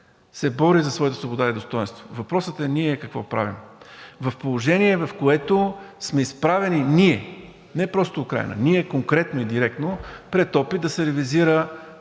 се бори за своята свобода и достойнство. Въпросът е ние какво правим в положението, в което сме изправени ние, не просто Украйна, ние конкретно и директно пред опит да се реализира,